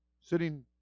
sitting